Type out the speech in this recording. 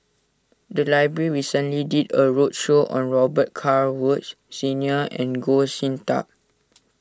the library recently did a roadshow on Robet Carr Woods Senior and Goh Sin Tub